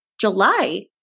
July